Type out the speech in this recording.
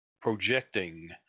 projecting